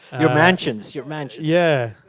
your mansions, your mansions. yeah